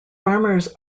farmers